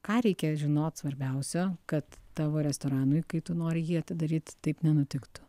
ką reikia žinot svarbiausio kad tavo restoranui kai tu nori jį atidaryt taip nenutiktų